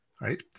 right